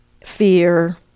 fear